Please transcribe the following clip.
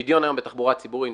הפדיון היום בתחבורה ציבורית,